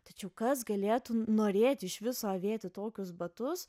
tačiau kas galėtų norėti iš viso avėti tokius batus